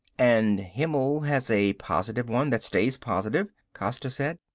and himmel has a positive one that stays positive, costa said.